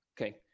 Okay